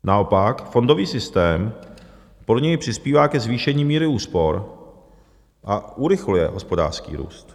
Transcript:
Naopak fondový systém podle něj přispívá ke zvýšení míry úspor a urychluje hospodářský růst.